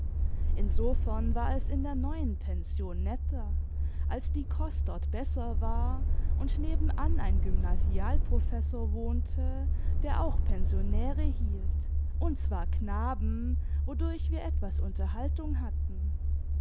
insofern war es in der neuen pension netter als die kost dort besser war und nebenan ein gymnasialprofessor wohnte der auch pensionäre hielt und zwar knaben wodurch wir etwas unterhaltung hatten